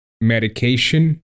medication